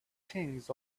things